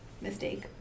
Mistake